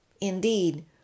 Indeed